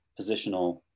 positional